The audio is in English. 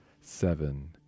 seven